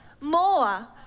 more